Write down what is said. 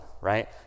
right